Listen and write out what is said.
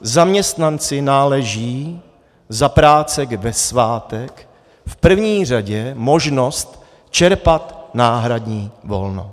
Zaměstnanci náleží za práce ve svátek v první řadě možnost čerpat náhradní volno.